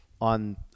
on